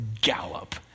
gallop